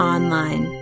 Online